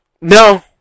No